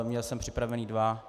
Měl jsem připraveny dva.